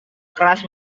keras